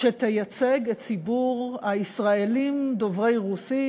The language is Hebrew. שתייצג את ציבור הישראלים דוברי רוסית,